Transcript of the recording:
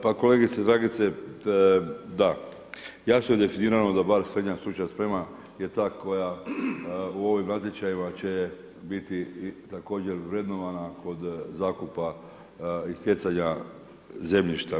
Pa kolegice Dragice da, jasno je definirano da bar srednja stručna sprema je ta koja u ovim natječajima će biti također vrednovana kod zakupa i stjecanja zemljišta.